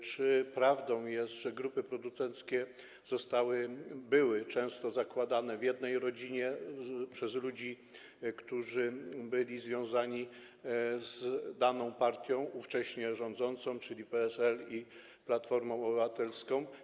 Czy prawdą jest, że grupy producenckie często były zakładane w jednej rodzinie przez ludzi, którzy byli związani z daną partią, ówcześnie rządzącą, czyli PSL i Platformą Obywatelską?